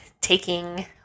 taking